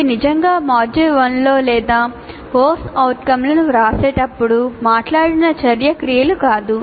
ఇవి నిజంగా మాడ్యూల్ 1 లో లేదా CO లను వ్రాసేటప్పుడు మాట్లాడిన చర్య క్రియలు కాదు